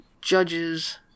judges